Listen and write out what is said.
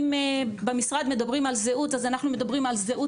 אם במשרד מדברים על זהות אז אנחנו מדברים על זהות